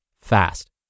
fast